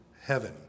heaven